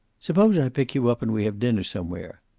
suppose i pick you up and we have dinner somewhere?